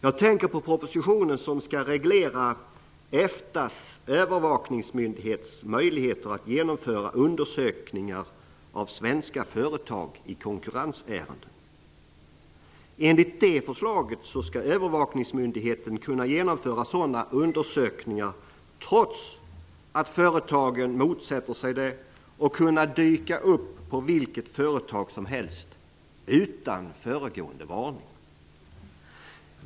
Jag tänker på propositionen som skall reglera EFTA:s övervakningsmyndighets möjligheter att genomföra undersökningar av svenska företag i konkurrensärenden. Enligt det förslaget skall övervakningsmyndigheten kunna genomföra sådana undersökningar trots att företagen motsätter sig det, och man skall kunna dyka på vilket företag som helst utan föregående varning.